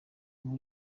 nkuru